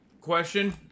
question